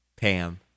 Pam